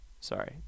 sorry